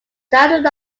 stand